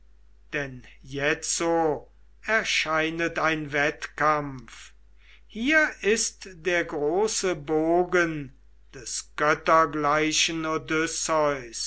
denn jetzo erscheinet ein wettkampf hier ist der große bogen des